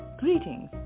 Greetings